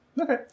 Okay